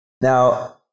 Now